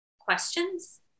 questions